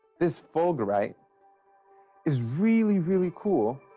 this fulgurite is really, really cool.